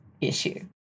issue